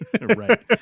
Right